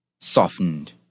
softened